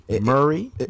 murray